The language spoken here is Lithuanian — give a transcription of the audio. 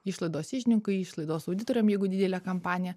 išlaidos iždininkui išlaidos auditoriam jeigu didelė kampaniją